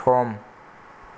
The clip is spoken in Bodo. सम